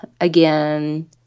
again